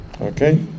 okay